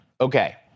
Okay